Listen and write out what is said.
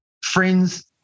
friends